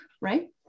right